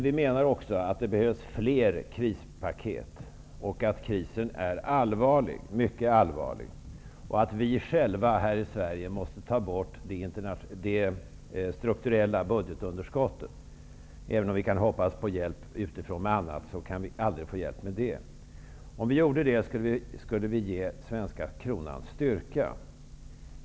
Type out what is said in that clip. Vi menar att det behövs fler krispaket, därför att krisen är mycket allvarlig. Vi måste själva här i Sverige ta bort det strukturella budgetunderskottet. Även om vi kan hoppas på hjälp med annat utifrån, kan vi aldrig få hjälp med det. Om vi gjorde det skulle vi ge den svenska kronan styrka.